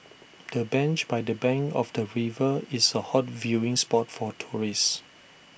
the bench by the bank of the river is A hot viewing spot for tourists